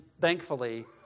Thankfully